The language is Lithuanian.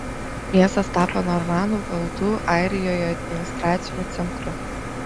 miestas tapo normanų valdų airijoje administraciniu centru